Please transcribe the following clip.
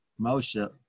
Moshe